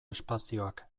espazioak